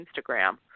Instagram